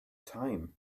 time